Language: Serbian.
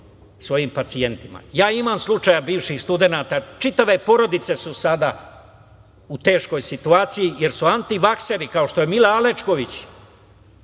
svojim pacijentima. Imam slučajeva bivših studenata, čitave porodice su sada u teškoj situaciji jer su antivakseri, kao što je Mila Alečković,